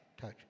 touch